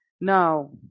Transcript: Now